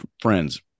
friends